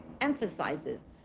emphasizes